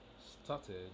started